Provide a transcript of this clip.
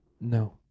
no